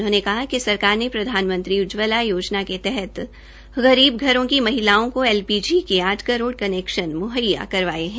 उन्होंने कहा कि सरकार ने प्रधानमंत्री उज्जवला योजना के तहत गरीब घरों की महिलाओं को एलपीजी के आठ करोड़ कनैक्शन मुहैया करवाये है